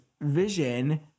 vision